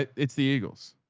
it's the eagles.